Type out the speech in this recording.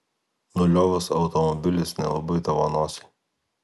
nuliovas automobilis nelabai tavo nosiai